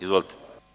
Izvolite.